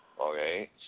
okay